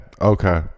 Okay